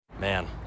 Man